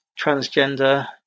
transgender